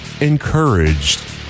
encouraged